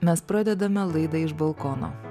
mes pradedame laidą iš balkono